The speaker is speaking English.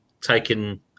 taken